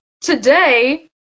today